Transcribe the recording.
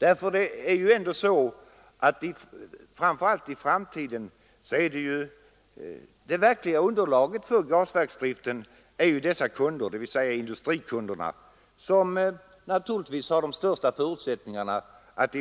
Det är naturligtvis de som nu bildar det största underlaget för gasverksdriften, dvs. industrikunderna, som i framtiden också har de största förutsättningarna att